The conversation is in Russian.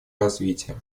развитие